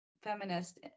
feminist